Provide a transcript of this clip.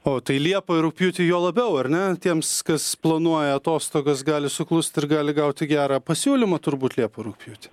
o tai liepą rugpjūtį juo labiau ar ne tiems kas planuoja atostogas gali suklust ir gali gauti gerą pasiūlymą turbūt liepą rugpjūtį